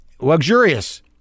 Luxurious